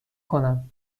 کنم